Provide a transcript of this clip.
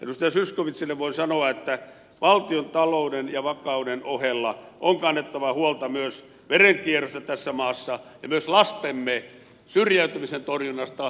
edustaja zyskowiczille voin sanoa että valtiontalouden ja vakauden ohella on kannettava huolta myös verenkierrosta tässä maassa ja myös lastemme syrjäytymisen torjunnasta